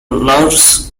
large